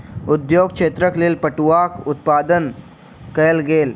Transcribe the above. उद्योग क्षेत्रक लेल पटुआक उत्पादन कयल गेल